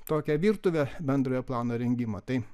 tokią virtuvę bendrojo plano rengimąo tai